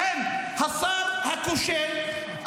השר הכושל,